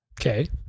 Okay